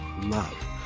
love